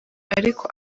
ariko